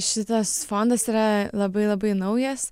šitas fondas yra labai labai naujas